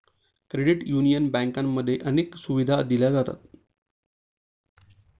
credit union बँकांमध्येही अनेक सुविधा दिल्या जातात